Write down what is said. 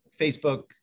Facebook